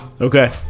Okay